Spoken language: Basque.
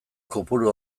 kopuru